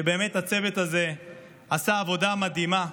ובאמת הצוות הזה עשה עבודה מדהימה,